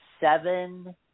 seven